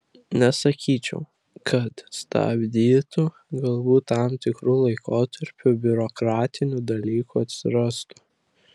nesakyčiau kad stabdytų galbūt tam tikru laikotarpiu biurokratinių dalykų atsirastų